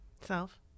self